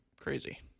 crazy